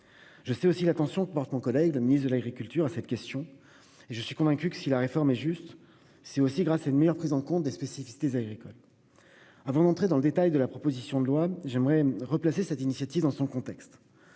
Je connais également l'attention que porte le ministre de l'agriculture à cette question et je suis convaincu que, si la réforme est juste, c'est aussi grâce à une meilleure prise en compte des spécificités agricoles. Avant d'entrer dans le détail de la proposition de loi, je souhaiterais replacer cette initiative dans son contexte.